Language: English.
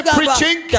preaching